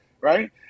right